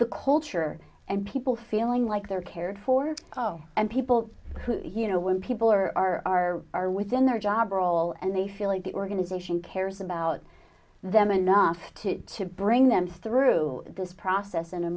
the culture and people feeling like they're cared for oh and people who you know when people are are are within their job or all and they feel like the organization cares about them enough to bring them through this process in a